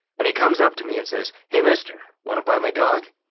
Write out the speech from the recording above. and he comes up to me and says, hey, mister, wanna buy my dog?